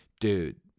Dude